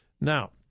Now